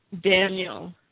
Daniel